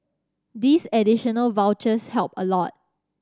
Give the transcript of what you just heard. these additional vouchers help a lot